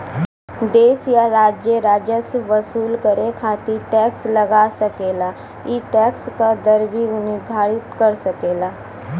देश या राज्य राजस्व वसूल करे खातिर टैक्स लगा सकेला ई टैक्स क दर भी उ निर्धारित कर सकेला